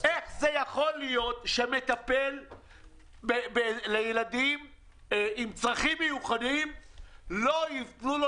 איך יכול להיות שמטפל לילדים עם צרכים מיוחדים לא יתנו לו